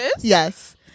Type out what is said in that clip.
yes